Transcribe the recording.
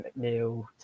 McNeil